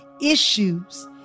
issues